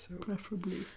preferably